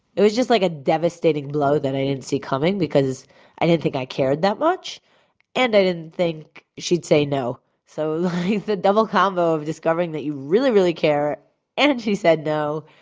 it was just like a devastating blow that i didn't see coming because i didn't think i cared that much and i didn't think she'd say no. so the double combo of discovering that you really really care and she said no